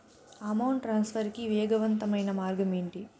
amount transfer కి వేగవంతమైన మార్గం ఏంటి